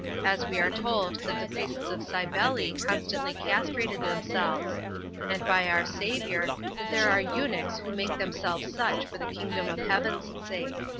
as we are told that the priests of cybele constantly castrated themselves and by our saviour, that there are eunuchs who make themselves such for the kingdom of heaven's sake.